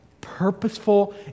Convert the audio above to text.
purposeful